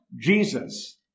Jesus